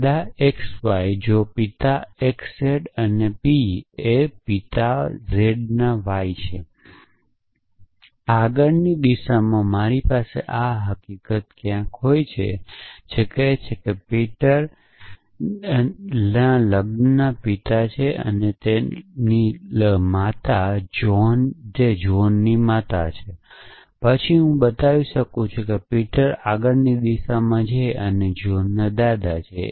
દાદા xy છે જો પિતા xz અને p એ પિતા ZY ના માટે હોય તો આગળની દિશામાં મારી પાસે આ હકીકત છે જે કહે છે કે પીટર એ મેરી ના પિતા છે અને મેરી જ્હોનની માતા છે પછી હું આગળની દિશામાં જઈને બતાવી શકું છું કે પીટર એ જ્હોન ના દાદા છે